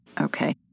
Okay